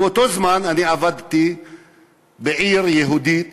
באותו זמן אני עבדתי בעיר יהודית